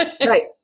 Right